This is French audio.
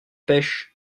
pêche